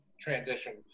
transition